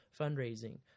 Fundraising